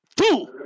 two